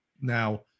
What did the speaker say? now